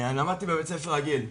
אני למדתי בבית ספר רגיל,